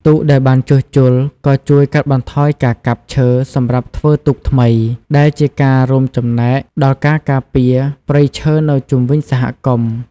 ទូកដែលបានជួសជុលក៏ជួយកាត់បន្ថយការកាប់ឈើសម្រាប់ធ្វើទូកថ្មី ដែលជាការរួមចំណែកដល់ការការពារព្រៃឈើនៅជុំវិញសហគមន៍។